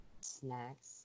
snacks